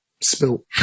spilt